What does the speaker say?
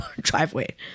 driveway